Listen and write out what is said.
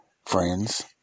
Friends